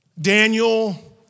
Daniel